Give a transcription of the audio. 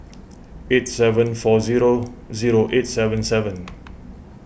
eight seven four zero zero eight seven seven